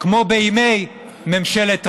כמו בימי ממשלת רבין.